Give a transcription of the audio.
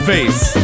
Face